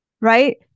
right